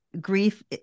grief